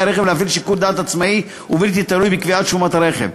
הרכב להפעיל שיקול דעת עצמאי ובלתי תלוי בקביעת שומת רכב,